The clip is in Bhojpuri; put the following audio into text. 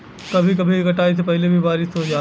कभी कभी कटाई से पहिले भी बारिस हो जाला